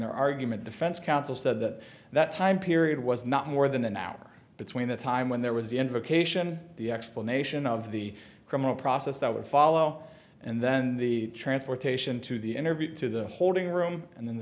their argument defense counsel said that that time period was not more than an hour between the time when there was the invocation the explanation of the criminal process that would follow and then the transportation to the interview to the holding room and then the